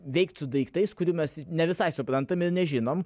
veikt su daiktais kurių mes ne visai suprantam ir nežinom